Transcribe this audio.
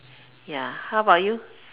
ya how about you